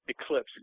eclipse